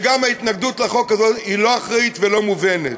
וגם ההתנגדות לחוק הזה היא לא אחראית ולא מובנת.